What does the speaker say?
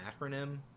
acronym